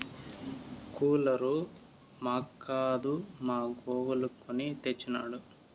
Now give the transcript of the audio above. cooler మాక్కాదు మా గోవులకు కొని తెచ్చినాడు